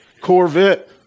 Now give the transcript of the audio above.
Corvette